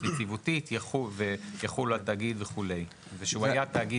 יציבותית יחולו על תאגיד" וכו'; ושהוא "היה תאגיד